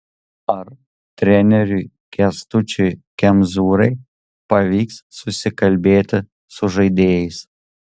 ar treneriui kęstučiui kemzūrai pavyks susikalbėti su žaidėjais